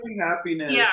happiness